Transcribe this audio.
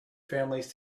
families